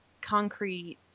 concrete